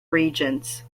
regents